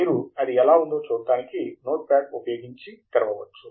మీరు అది ఎలా ఉందో చూడటానికి నోట్ప్యాడ్ ఉపయోగించి తెరవవచ్చు